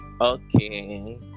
Okay